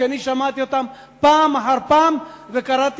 כי שמעתי אותם פעם אחר פעם וקראתי.